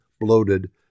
bloated